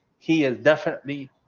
he is definitely